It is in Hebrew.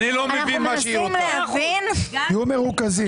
תהיו מרוכזים.